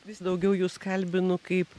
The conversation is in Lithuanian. vis daugiau jus kalbinu kaip